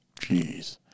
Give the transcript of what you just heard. jeez